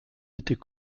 était